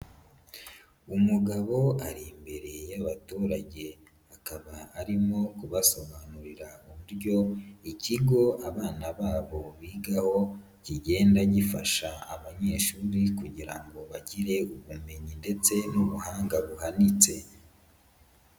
Umugabo ari imbere y'abaturage akaba arimo kubasobanurira uburyo ikigo abana babo bigaho, kigenda gifasha abanyeshuri kugira ngo bagire ubumenyi ndetse n'ubuhanga buhanitse.